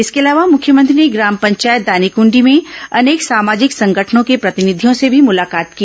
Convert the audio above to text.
इसके अलावा मुख्यमंत्री ने ग्राम पंचायत दानीकुंडी में अनेक सामाजिक संगठनों के प्रतिनिधियों से भी मुलाकात की